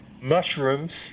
mushrooms